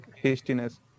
hastiness